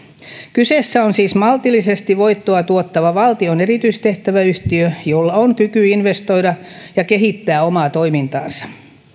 kyseessä on siis maltillisesti voittoa tuottava valtion erityistehtäväyhtiö jolla on kyky investoida ja kehittää omaa toimintaansa